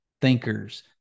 thinkers